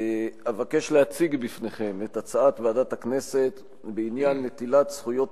אבקש להציג בפניכם את הצעת ועדת הכנסת בעניין נטילת זכויות